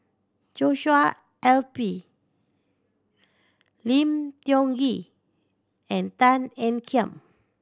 Joshua L P Lim Tiong Ghee and Tan Ean Kiam